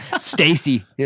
Stacy